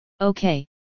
Okay